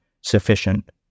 sufficient